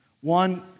One